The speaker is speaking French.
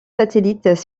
satellites